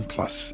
Plus